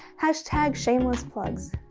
hashtag shameless plugs.